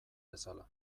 bezala